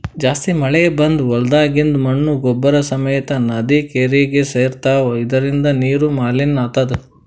ಜಾಸ್ತಿ ಮಳಿ ಬಂದ್ ಹೊಲ್ದಾಗಿಂದ್ ಮಣ್ಣ್ ಗೊಬ್ಬರ್ ಸಮೇತ್ ನದಿ ಕೆರೀಗಿ ಸೇರ್ತವ್ ಇದರಿಂದ ನೀರು ಮಲಿನ್ ಆತದ್